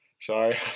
Sorry